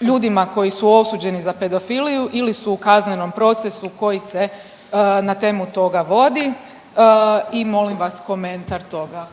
ljudima koji su osuđeni za pedofiliju ili su u kaznenom procesu koji se na temu toga vodi. I molim vas komentar toga.